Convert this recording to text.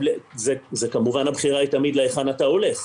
הבחירה היא כמובן לאן אתה הולך.